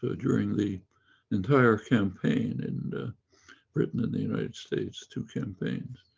ah during the entire campaign and britain in the united states, two campaigns,